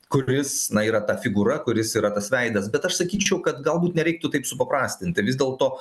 kuris na yra ta figūra kuris yra tas veidas bet aš sakyčiau kad galbūt nereiktų taip supaprastinti vis dėlto